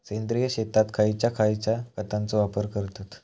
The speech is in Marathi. सेंद्रिय शेतात खयच्या खयच्या खतांचो वापर करतत?